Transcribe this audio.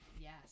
Yes